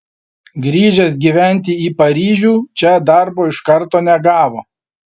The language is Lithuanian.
grįžęs gyventi į paryžių čia darbo iš karto negavo